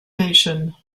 nation